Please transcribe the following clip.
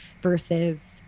versus